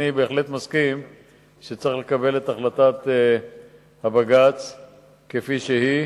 אני בהחלט מסכים לכך שצריך לקבל את החלטת הבג"ץ כפי שהיא.